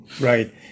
Right